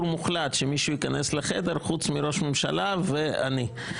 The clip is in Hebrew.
מוחלט שמישהו ייכנס לחדר חוץ מראש הממשלה וממני,